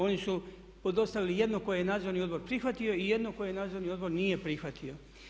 Oni su dostavili jedno koje je Nadzorni odbor prihvatio i jedno koje Nadzorni odbor nije prihvatio.